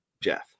Jeff